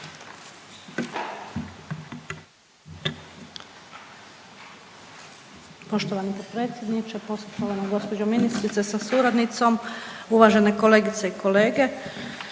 Poštovani potpredsjedniče, poštovana gđo ministrice sa suradnicom, uvažene kolegice i kolege.